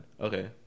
Okay